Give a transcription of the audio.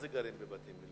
מה זה גרים בבתים?